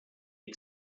weg